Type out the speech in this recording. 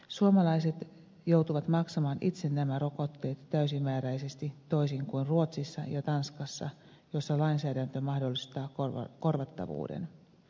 suomalaiset joutuvat maksamaan itse nämä rokotteet täysimääräisesti toisin kuin ruotsissa ja tanskassa missä lainsäädäntö mahdollistaa korvattavuuden